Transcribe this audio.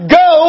go